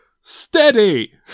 Steady